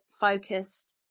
focused